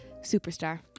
superstar